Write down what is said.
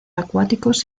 acuáticos